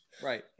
Right